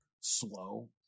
slow